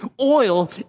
Oil